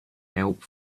help